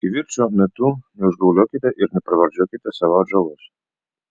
kivirčo metu neužgauliokite ir nepravardžiuokite savo atžalos